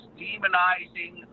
demonizing